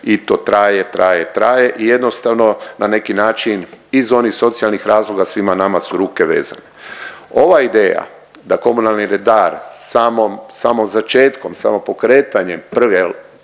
i to traje, traje, traje i jednostavno na neki način iz onih socijalnih razloga svima nama su ruke vezane. Ova ideja da komunalni redar samo, samo začetkom, samo pokretanjem prve